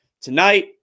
Tonight